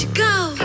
go